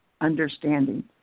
understanding